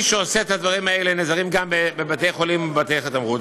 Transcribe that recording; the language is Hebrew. הם נעזרים גם בבתי-חולים ובבתי-תמחוי.